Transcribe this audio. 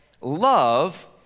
love